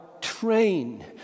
train